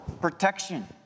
protection